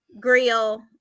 grill